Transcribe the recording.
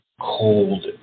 Cold